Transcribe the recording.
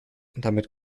damit